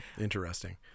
interesting